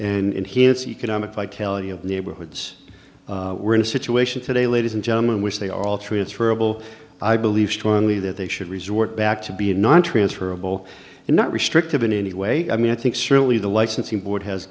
hall and hits economic vitality of neighborhoods we're in a situation today ladies and gentlemen which they are all transferable i believe strongly that they should resort back to being non trance for a bowl and not restrictive in any way i mean i think certainly the licensing board has